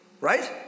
right